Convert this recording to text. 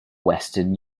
western